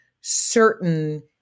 certain